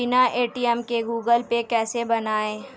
बिना ए.टी.एम के Google Pay कैसे बनायें?